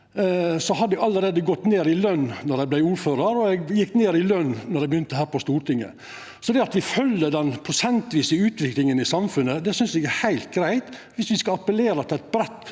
hadde eg allereie gått ned i løn då eg vart ordførar, og eg gjekk ned i løn då eg begynte her på Stortinget. Så det at me følgjer den prosentvise utviklinga i samfunnet, synest eg er heilt greitt. Viss me skal appellera til ein brei